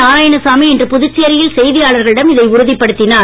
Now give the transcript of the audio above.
நாராயணசாமி இன்று புதுச்சேரியில் செய்தியாளர்களிடம் இதை உறுதிப்படுத்தினார்